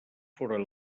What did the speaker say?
foren